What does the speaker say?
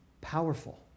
Powerful